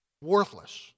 worthless